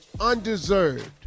undeserved